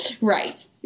Right